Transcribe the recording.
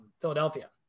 Philadelphia